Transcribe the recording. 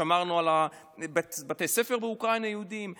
שמרנו על בתי ספר היהודיים באוקראינה.